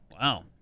Wow